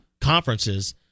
conferences